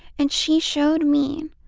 and she showed me,